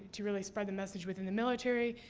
to really spread the message within the military.